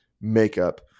makeup